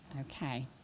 okay